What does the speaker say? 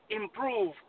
improve